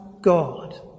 God